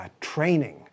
training